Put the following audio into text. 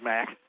Mac